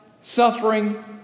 suffering